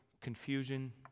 confusion